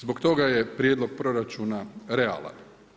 Zbog toga je prijedlog proračuna realan.